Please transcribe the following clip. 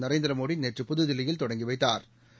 நரேந்திரமோடி நேற்று புதுதில்லியில் தொடங்கி வைத்தாா்